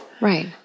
Right